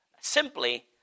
simply